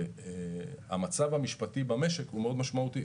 שהמצב המשפטי במשק הוא מאוד משמעותי